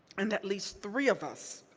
and at least three of us,